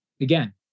again